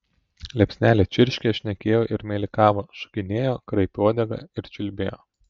liepsnelė čirškė šnekėjo ir meilikavo šokinėjo kraipė uodegą ir čiulbėjo